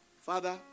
Father